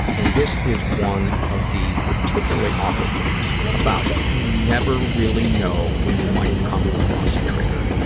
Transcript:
and this is one of the particularly awful things about it. you never really know when you might come across a trigger.